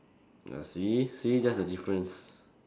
ya see see that's the difference